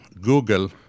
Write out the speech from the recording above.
Google